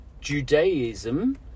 Judaism